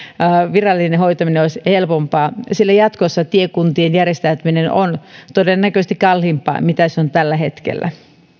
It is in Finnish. virallinen hoitaminen olisi helpompaa sillä jatkossa tiekuntien järjestäytyminen on todennäköisesti kalliimpaa kuin se on tällä hetkellä